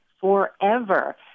forever